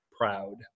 proud